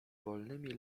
wolnymi